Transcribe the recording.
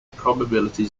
probability